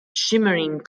shimmering